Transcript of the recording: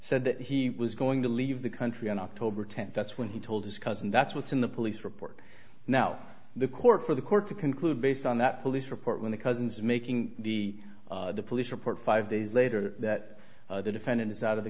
said that he was going to leave the country on october tenth that's when he told his cousin that's what's in the police report now the court for the court to conclude based on that police report when the cousins making the police report five days later that the defendant is out of the